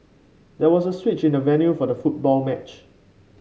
there was a switch in the venue for the football match